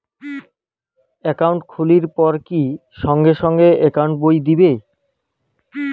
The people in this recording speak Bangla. একাউন্ট খুলির পর কি সঙ্গে সঙ্গে একাউন্ট বই দিবে?